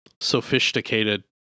Sophisticated